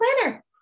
planner